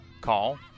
Call